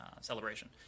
celebration